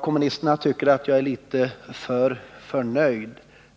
Kommunisterna tycker att jag är litet för förnöjd.